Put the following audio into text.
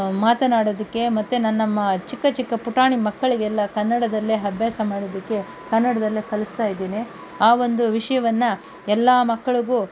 ಮಾತನಾಡೋದಕ್ಕೆ ಮತ್ತೆ ನನ್ನ ಮ ಚಿಕ್ಕ ಚಿಕ್ಕ ಪುಟಾಣಿ ಮಕ್ಕಳಿಗೆಲ್ಲ ಕನ್ನಡದಲ್ಲೇ ಅಭ್ಯಾಸ ಮಾಡೋದಕ್ಕೆ ಕನ್ನಡದಲ್ಲೇ ಕಲಿಸ್ತಾಯಿದ್ದೀನಿ ಆ ಒಂದು ವಿಷಯವನ್ನು ಎಲ್ಲ ಮಕ್ಕಳಿಗೂ